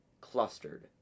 clustered